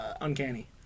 Uncanny